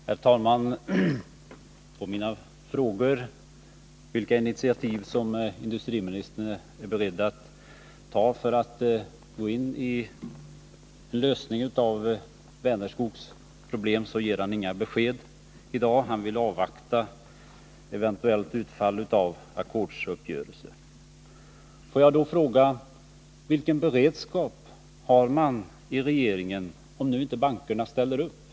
Herr talman! På min fråga om vilka initiativ industriministern är beredd att ta för att gå in med en lösning på Vänerskogs problem ger han inget besked i dag. Han vill avvakta eventuellt utfall av ackordsuppgörelser. Får jag då fråga: Vilken beredskap har man i regeringen om nu inte bankerna ställer upp?